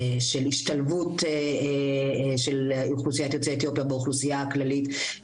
של השתלבות של אוכלוסיית יוצאי אתיופיה באוכלוסייה הכללית,